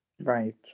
Right